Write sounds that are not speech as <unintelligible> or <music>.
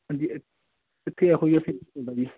ਹਾਂਜੀ ਇ ਇੱਥੇ ਇਹੋ ਜਿਹਾ <unintelligible>